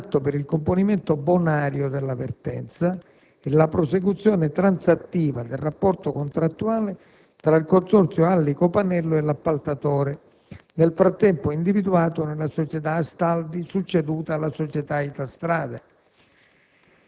di un atto per il componimento bonario della vertenza e la prosecuzione transattiva del rapporto contrattuale tra il Consorzio Alli-Copanello e l'appaltatore, nel frattempo individuato nella società Astaldi succeduta alla società Italstrade.